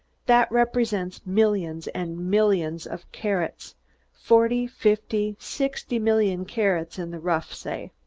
that represents millions and millions of carats forty, fifty, sixty million carats in the rough, say.